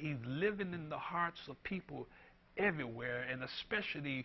even live in the hearts of people everywhere and especially